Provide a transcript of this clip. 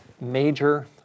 major